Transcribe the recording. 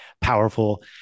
powerful